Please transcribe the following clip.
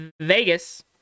Vegas